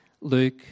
Luke